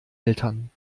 eltern